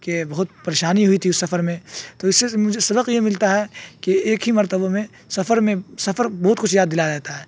کہ بہت پریشانی ہوئی تھی اس سفر میں تو اس سے مجھے سبق یہ ملتا ہے کہ ایک ہی مرتبہ میں سفر میں سفر بہت کچھ یاد دلا جاتا ہے